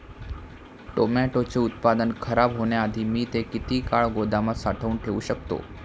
टोमॅटोचे उत्पादन खराब होण्याआधी मी ते किती काळ गोदामात साठवून ठेऊ शकतो?